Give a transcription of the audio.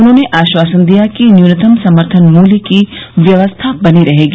उन्होंने आश्वासन दिया कि न्यूनतम समर्थन मूल्य की व्यवस्था बनी रहेगी